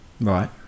Right